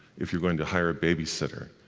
if you're going to hire a babysitter,